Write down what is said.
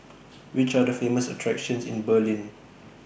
Which Are The Famous attractions in Berlin